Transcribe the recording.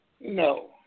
no